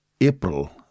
April